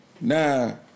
Now